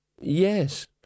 Yes